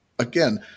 again